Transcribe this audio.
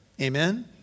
Amen